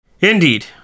Indeed